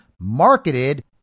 marketed